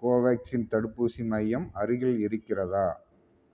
கோவேக்சின் தடுப்பூசி மையம் அருகில் இருக்கிறதா